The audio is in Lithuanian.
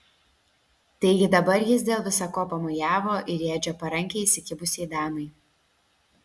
taigi dabar jis dėl visa ko pamojavo ir į edžio parankę įsikibusiai damai